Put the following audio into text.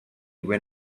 when